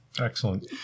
excellent